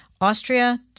Austria